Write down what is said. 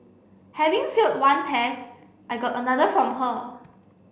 having failed one test I got another from her